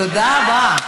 תודה רבה.